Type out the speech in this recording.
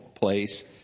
place